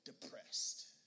depressed